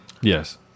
yes